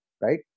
right